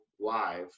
live